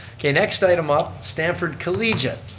okay next item up, stamford collegiate.